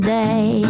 day